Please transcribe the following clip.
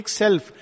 self